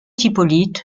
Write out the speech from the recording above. hippolyte